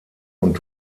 und